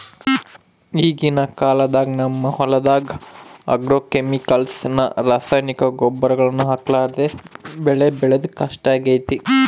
ಈಗಿನ ಕಾಲದಾಗ ನಮ್ಮ ಹೊಲದಗ ಆಗ್ರೋಕೆಮಿಕಲ್ಸ್ ನ ರಾಸಾಯನಿಕ ಗೊಬ್ಬರಗಳನ್ನ ಹಾಕರ್ಲಾದೆ ಬೆಳೆ ಬೆಳೆದು ಕಷ್ಟಾಗೆತೆ